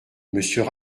monsieur